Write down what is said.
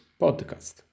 podcast